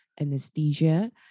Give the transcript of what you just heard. anesthesia